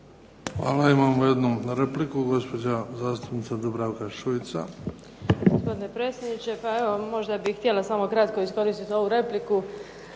Hvala. Imamo jednu repliku. Gospođa zastupnica Dubravka Šuica.